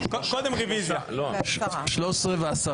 (הישיבה נפסקה בשעה 13:03 ונתחדשה